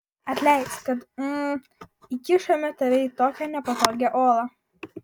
atleisk kad hm įkišome tave į tokią nepatogią olą